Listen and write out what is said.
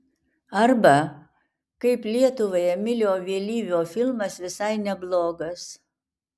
arba kaip lietuvai emilio vėlyvio filmas visai neblogas